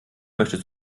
möchtest